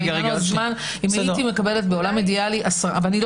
אם הייתי מקבלת בעולם אידאלי ואני לא